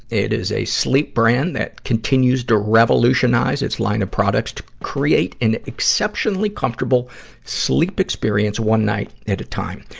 it is a sleep brand that continues to revolutionize its line of products to create an exceptionally comfortable sleep experience one night at a time.